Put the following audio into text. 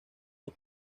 dos